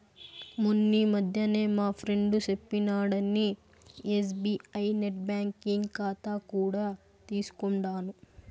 మొన్నీ మధ్యనే మా ఫ్రెండు సెప్పినాడని ఎస్బీఐ నెట్ బ్యాంకింగ్ కాతా కూడా తీసుకుండాను